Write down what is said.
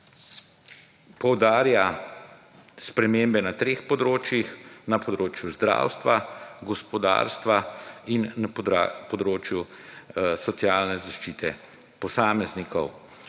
poudarja spremembe na treh področjih – na področju zdravstva, gospodarstva in na področju socialne zaščite posameznikov.